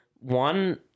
One